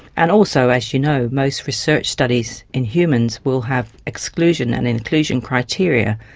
and also, as you know, most research studies in humans we'll have exclusion and inclusion criteria.